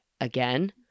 again